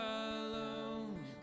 alone